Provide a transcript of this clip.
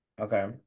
Okay